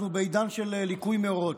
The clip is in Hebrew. אנחנו בעידן של ליקוי מאורות.